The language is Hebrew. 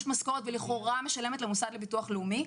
משכורת ולכאורה משלמת למוסד לביטוח לאומי.